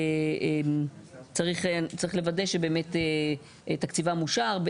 צריך לוודא שבאמת תקציבם אושר.